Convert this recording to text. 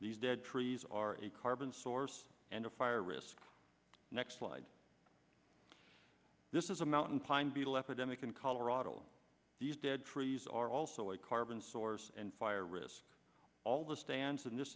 dead trees are a carbon source and a fire risk next slide this is a mountain pine beetle epidemic in colorado these dead trees are also a carbon source and fire risk all the stands in this